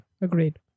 Agreed